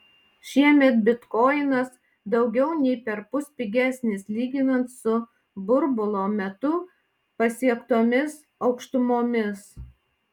šiemet bitkoinas daugiau nei perpus pigesnis lyginant su burbulo metu pasiektomis aukštumomis